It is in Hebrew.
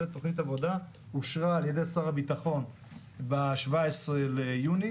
זאת תוכנית עבודה שאושרה על ידי שר הביטחון ב-17 ביוני.